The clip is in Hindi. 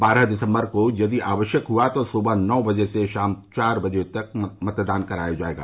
बारह दिसम्बर को यदि आवश्यक हुआ तो सुवह नौ बजे से शाम चार बजे तक मतदान कराया जायेगा